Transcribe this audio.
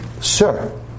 sir